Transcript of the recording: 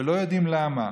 ולא יודעים למה.